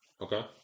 Okay